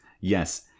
yes